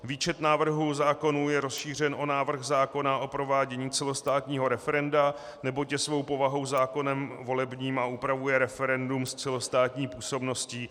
Výčet návrhů zákonů je rozšířen o návrh zákona o provádění celostátního referenda, neboť je svou povahou zákonem volebním a upravuje referendum s celostátní působností.